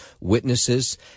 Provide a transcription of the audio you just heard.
witnesses